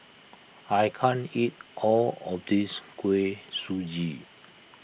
I can't eat all of this Kuih Suji